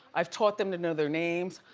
i've taught them to know their names.